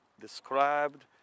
described